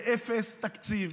באפס תקציב